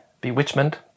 bewitchment